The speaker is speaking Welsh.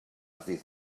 ddydd